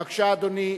בבקשה, אדוני.